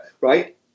right